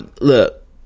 look